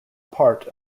part